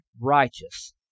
righteous